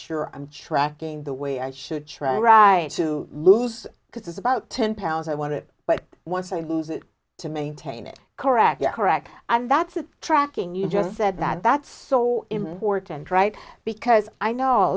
sure i'm tracking the way i should try to lose because it's about ten pounds i want it but once i lose it to maintain it correctly and that's the tracking you just said that that's so important right because i know a